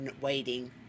waiting